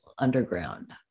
underground